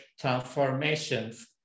transformations